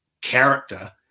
character